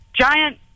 giant